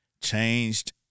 changed